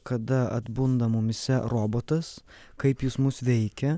kada atbunda mumyse robotas kaip jis mus veikia